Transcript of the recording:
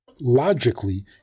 logically